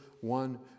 one